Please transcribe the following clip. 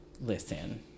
listen